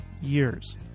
years